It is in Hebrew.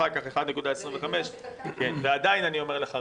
אחר כך 1.25. עדיין אני אומר לך,